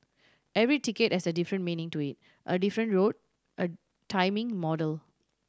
every ticket has a different meaning to it a different route a timing model